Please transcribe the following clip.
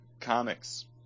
comics